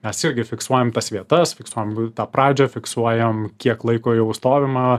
mes irgi fiksuojam tas vietas fiksuojam tą pradžią fiksuojam kiek laiko jau stovima